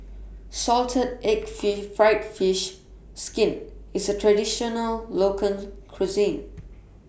Salted Egg Fish Fried Fish Skin IS A Traditional Local Cuisine